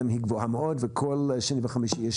היא גבוהה מאוד וכל שני וחמישי יש עוד.